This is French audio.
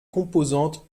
composantes